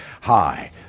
Hi